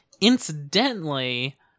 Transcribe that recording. Incidentally